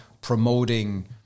promoting